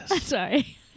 Sorry